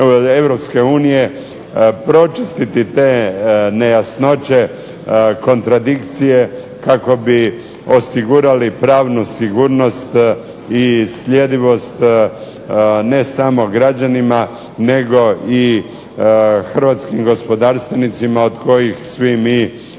pročistiti te nejasnoće, kontradikcije kako bi osigurali pravnu sigurnost i sljedivost ne samo građanima nego i hrvatskim gospodarstvenicima od kojih svi mi živimo.